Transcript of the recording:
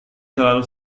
selalu